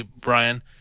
Brian